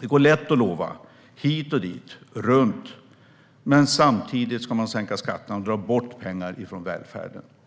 Det går lätt att lova hit och dit och runt. Men samtidigt ska de sänka skatterna och dra bort pengar från välfärden.